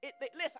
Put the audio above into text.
Listen